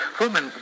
Woman